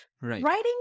Writing